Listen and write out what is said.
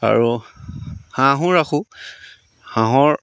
আৰু হাঁহো ৰাখোঁ হাঁহৰ